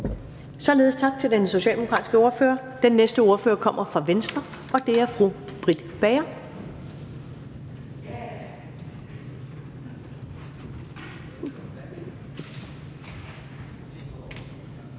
Således tak til den socialdemokratiske ordfører. Den næste ordfører kommer fra Venstre, og det er fru Britt Bager.